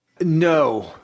no